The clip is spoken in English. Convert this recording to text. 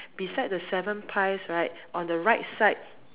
beside the seven pies right on the right side